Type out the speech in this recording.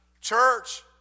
Church